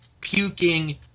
puking